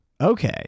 Okay